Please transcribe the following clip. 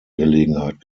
gelegenheit